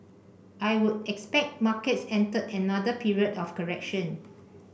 I would expect markets entered another period of correction